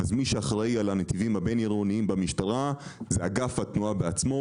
מי שאחראי על הנתיבים הבין-עירוניים במשטרה זה אגף התנועה בעצמו,